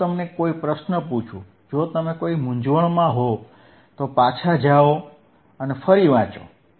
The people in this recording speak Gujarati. જો હું તમને કોઈ પ્રશ્ન પૂછું જો તમે મૂંઝવણમાં હોવ તો પાછા જાઓ અને ફરી વાંચો